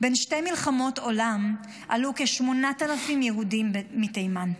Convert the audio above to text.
בין שתי מלחמות העולם עלו כ-8,000 יהודים מתימן,